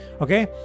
okay